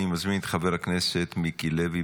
אני מזמין את חבר הכנסת מיקי לוי,